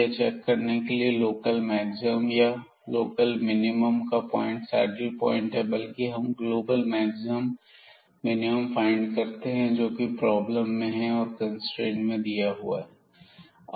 यह चेक करने के लिए की यह लोकल मैक्सिमम या लोकल मिनिमम का पॉइंट है या सैडल प्वाइंट है बल्कि हम ग्लोबल मैक्सिमम मिनिमम फाइंड करते हैं जोकि प्रॉब्लम में है और कंस्ट्रेंट दिया हुआ है